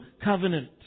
covenant